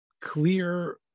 clear